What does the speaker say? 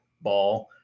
ball